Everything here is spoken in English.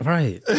Right